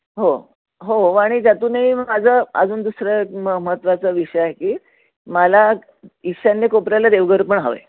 हो हो आणि त्यातूनही माझं अजून दुसरं म महत्त्वाचा विषय आहे की मला ईशान्य कोपऱ्याला देवघर पण हवं आहे